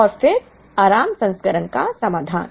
और फिर आराम संस्करण का समाधान